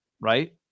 Right